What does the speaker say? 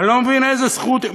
אני לא מבין איזה זכות,